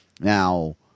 Now